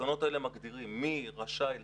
התקנות האלה מגדירות מי רשאי --- חזי,